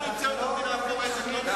זה נמצא במצע קדימה